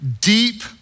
deep